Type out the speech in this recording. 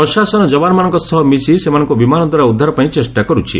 ପ୍ରଶାସନ ଯବାନମାନଙ୍କ ସହ ମିଶି ସେମାନଙ୍କୁ ବିମାନଦ୍ୱାରା ଉଦ୍ଧାର ପାଇଁ ଚେଷ୍ଟା କରୁଛି